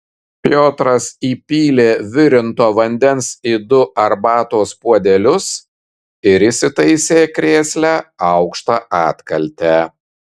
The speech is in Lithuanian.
piotras įpylė virinto vandens į du arbatos puodelius ir įsitaisė krėsle aukšta atkalte